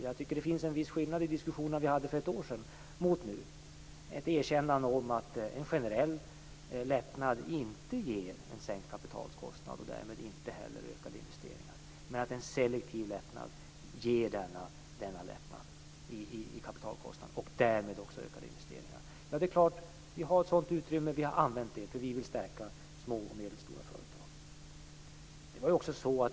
Jag tycker att det finns en viss skillnad i diskussionerna vi hade för ett år sedan jämfört med nu. Det finns ett erkännande av att en generell lättnad inte ger en sänkt kapitalkostnad och därmed inte heller ökade investeringar, men att en selektiv lättnad ger denna lättnad i kapitalkostnad och därmed också ökade investeringar. Vi har ett sådant utrymme, och vi har använt det därför att vi vill stärka små och medelstora företag.